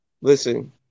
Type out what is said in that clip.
Listen